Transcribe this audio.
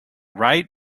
write